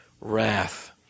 wrath